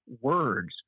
words